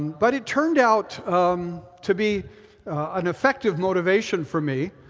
but it turned out um to be an effective motivation for me.